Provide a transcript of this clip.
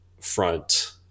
front